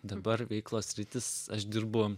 dabar veiklos sritys aš dirbu